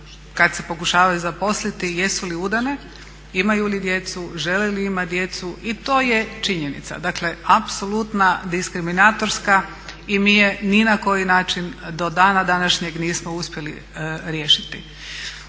kad se pokušavaju zaposliti jesu li udane, imaju li djecu, žele li imati djecu. I to je činjenica apsolutna diskriminatorska i mi je ni na koji način do dana današnjeg nismo uspjeli riješiti.